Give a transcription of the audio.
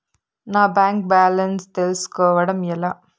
నా bank balance తెలుస్కోవడం ఎలా?